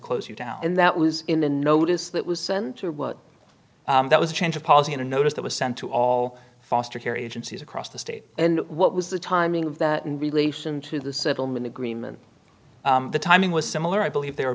close you down and that was in the notice that was sent to that was a change of policy in a notice that was sent to all foster care agencies across the state and what was the timing of that in relation to the settlement agreement the timing was similar i believe they were